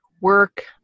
work